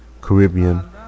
Caribbean